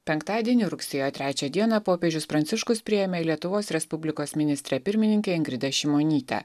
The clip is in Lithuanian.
penktadienį rugsėjo trečią dieną popiežius pranciškus priėmė lietuvos respublikos ministrę pirmininkę ingridą šimonytę